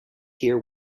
hear